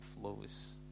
flows